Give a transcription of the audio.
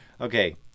okay